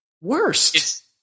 Worst